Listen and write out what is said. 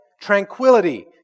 tranquility